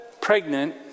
pregnant